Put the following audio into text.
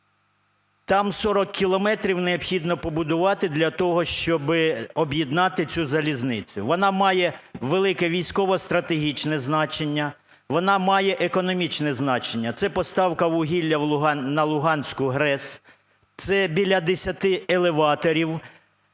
Там 40 кілометрів необхідно побудувати для того, щоб об'єднати цю залізницю. Вона має велике військово-стратегічне значення, вона має економічне значення. Це поставка вугілля на Луганську ГРЕС, це біля 10 елеваторів,